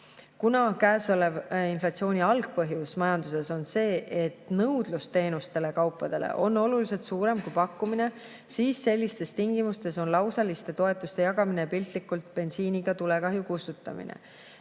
Kuna käesoleva inflatsiooni algpõhjus majanduses on see, et nõudlus teenustele ja kaupadele on oluliselt suurem kui pakkumine, siis sellistes tingimustes on lausaliste toetuste jagamine piltlikult bensiiniga tulekahju kustutamine.